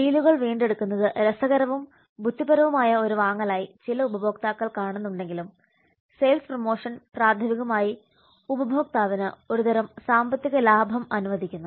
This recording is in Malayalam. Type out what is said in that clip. ഡീലുകൾ വീണ്ടെടുക്കുന്നത് രസകരവും ബുദ്ധിപരവുമായ ഒരു വാങ്ങൽ ആയി ചില ഉപഭോക്താക്കൾ കാണുന്നുണ്ടെങ്കിലും സെയിൽസ് പ്രമോഷൻ പ്രാഥമികമായി ഉപഭോക്താവിന് ഒരുതരം സാമ്പത്തിക ലാഭം അനുവദിക്കുന്നു